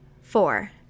four